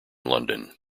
london